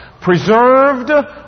preserved